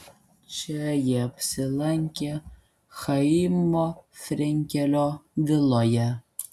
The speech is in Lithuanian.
čia jie apsilankė chaimo frenkelio viloje